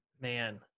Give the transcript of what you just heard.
Man